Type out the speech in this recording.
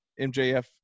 mjf